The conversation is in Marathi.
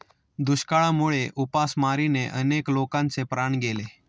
दुष्काळामुळे उपासमारीने अनेक लोकांचे प्राण गेले